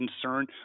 concern